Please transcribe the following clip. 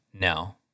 No